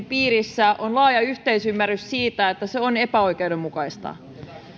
piirissä on laaja yhteisymmärrys siitä että se on epäoikeudenmukaista